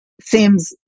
seems